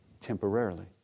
temporarily